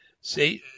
Satan